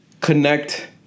connect